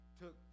took